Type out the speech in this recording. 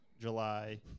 July